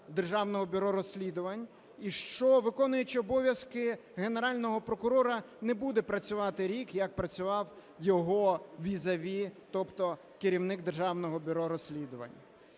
Державного бюро розслідувань, і що виконуючий обов'язки Генерального прокурора не буде працювати рік, як працював його візаві, тобто керівник Державного бюро розслідувань.